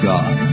God